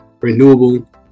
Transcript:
renewable